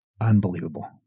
Unbelievable